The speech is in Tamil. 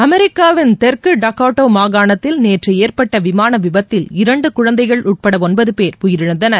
அமெரிக்காவின் தெற்கு டக்கோட்டா மாகானத்தில் நேற்று ஏற்பட்ட விமான விபத்தில் இரண்டு குழந்தைகள் உட்பட ஒன்பது பேர் உயிரிழந்தனர்